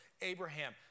Abraham